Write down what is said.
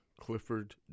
Clifford